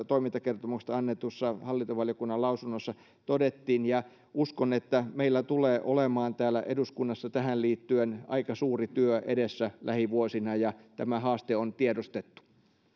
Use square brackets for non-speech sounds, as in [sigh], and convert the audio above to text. [unintelligible] toimintakertomuksesta annetussa hallintovaliokunnan lausunnossa todettiin ja uskon että meillä tulee olemaan täällä eduskunnassa tähän liittyen aika suuri työ edessä lähivuosina ja tämä haaste on tiedostettu